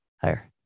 higher